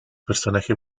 personaje